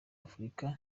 afurika